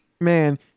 Man